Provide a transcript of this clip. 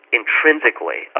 intrinsically